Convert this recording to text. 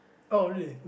oh really